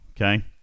okay